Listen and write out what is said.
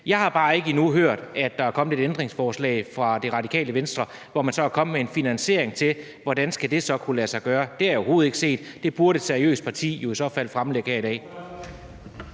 Jeg har bare endnu ikke hørt, at der er kommet et ændringsforslag fra Radikale Venstre, hvor man så er kommet med en finansiering til, hvordan det så skulle kunne lade sig gøre. Det har jeg overhovedet ikke set. Det burde et seriøst parti jo i så fald fremlægge her i dag.